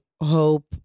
hope